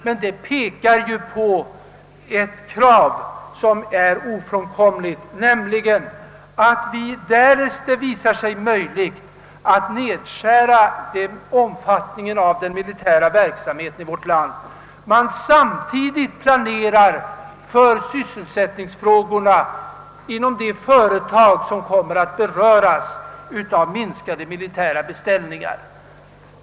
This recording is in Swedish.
Men detta pekar ju på ett krav som är ofrånkomligt, nämligen att vi, därest det visar sig möjligt att nedskära den militära verksamheten i vårt land, samtidigt planerar för sysselsättningen inom de företag som kommer att beröras av minskade militära beställningar.